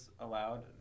allowed